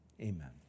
Amen